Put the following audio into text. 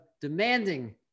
demanding